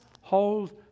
hold